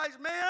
man